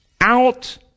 out